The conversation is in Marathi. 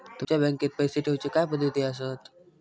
तुमच्या बँकेत पैसे ठेऊचे काय पद्धती आसत?